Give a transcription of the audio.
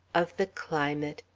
of the climate,